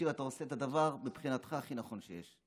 אתה עושה את הדבר, מבחינתך, הכי נכון שיש.